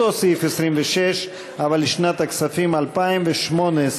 אותו סעיף 26 אבל לשנת הכספים 2018,